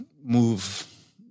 move